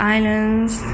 Islands